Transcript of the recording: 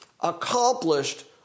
accomplished